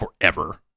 forever